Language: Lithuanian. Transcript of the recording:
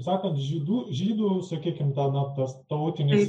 sakote žydų žydų sakykim na tas tautinis